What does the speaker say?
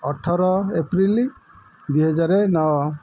ଅଠର ଏପ୍ରିଲ ଦୁଇହଜାର ନଅ